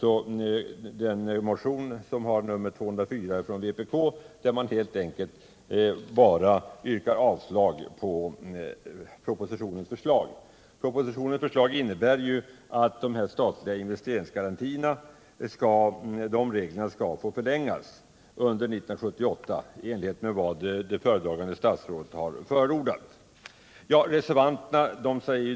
Jag vill även beröra motionen 204 från vpk, där man helt enkelt yrkar avslag på propositionens förslag — som innebär att de statliga investeringsgarantierna skall förlängas och att lån skall kunna beviljas under 1978 i enlighet med vad föredragande statsrådet förordat. Låt mig ta reservanterna först.